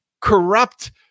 corrupt